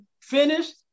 finished